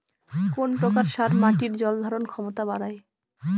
কোন প্রকার সার মাটির জল ধারণ ক্ষমতা বাড়ায়?